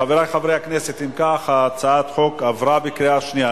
חברי חברי הכנסת, הצעת החוק עברה בקריאה שנייה.